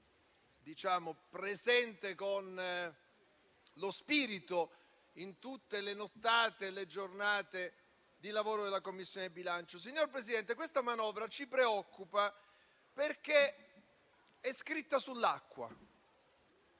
presente con lo spirito in tutte le nottate e le giornate di lavoro della Commissione bilancio. Signor Presidente, questa manovra ci preoccupa perché è scritta sull'acqua.